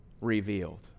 revealed